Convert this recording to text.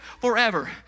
forever